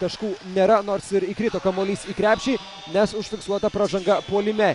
taškų nėra nors ir įkrito kamuolys į krepšį nes užfiksuota pražanga puolime